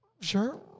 Sure